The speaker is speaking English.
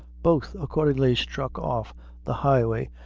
both accordingly struck off the highway,